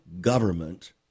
government